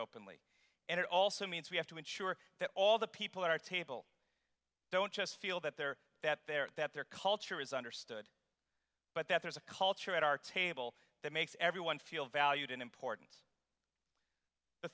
openly and it also means we have to ensure that all the people who are table don't just feel that their that their that their culture is understood but that there's a culture at our table that makes everyone feel valued and important